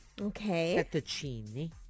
Okay